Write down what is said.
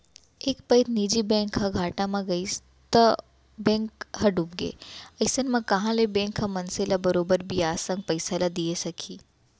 एक पइत निजी बैंक ह घाटा म गइस ओ बेंक ह डूबगे अइसन म कहॉं ले बेंक ह मनसे ल बरोबर बियाज संग पइसा ल दिये सकही